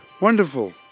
Wonderful